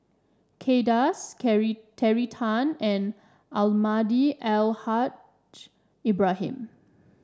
Kay Das Terry Tan and Almahdi Al Haj Ibrahim